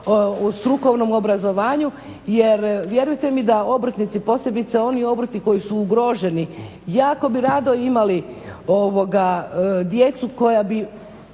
u strukovnom obrazovanju jer vjerujte mi da obrtnici posebice oni obrti koji su ugroženi jako bi rado imali djecu koja bi